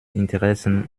interessen